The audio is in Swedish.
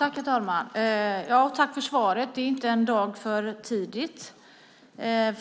Herr talman! Tack, för svaret! Det är inte en dag för tidigt. Jag